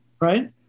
Right